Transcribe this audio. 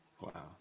Wow